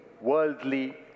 worldly